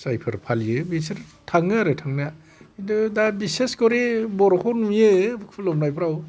जायफोर फालियो बिसोर थाङो आरो थांनाया खिन्थु दा बिसेस खरि बर'खौ नुयो खुलुमनायफ्राव